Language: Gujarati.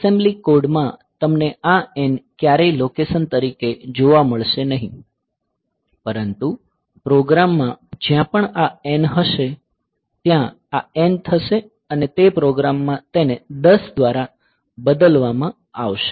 એસેમ્બલી કોડ માં તમને આ N ક્યારેય લોકેશન તરીકે જોવા મળશે નહીં પરંતુ પ્રોગ્રામમાં જ્યાં પણ આ N હશે ત્યાં આ N થશે અને તે પ્રોગ્રામમાં તેને 10 દ્વારા બદલવામાં આવશે